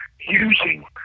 using